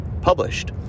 published